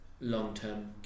long-term